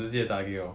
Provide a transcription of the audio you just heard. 直接打给我